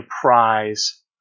prize